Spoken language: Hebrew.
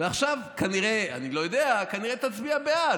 ועכשיו, כנראה, אני לא יודע, כנראה תצביע בעד.